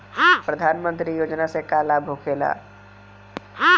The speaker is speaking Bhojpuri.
प्रधानमंत्री योजना से का लाभ होखेला?